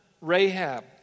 Rahab